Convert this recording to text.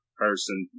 person